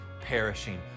perishing